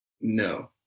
No